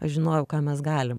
aš žinojau ką mes galim